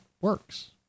works